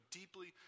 deeply